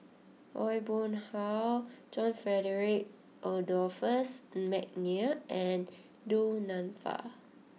Aw Boon Haw John Frederick Adolphus McNair and Du Nanfa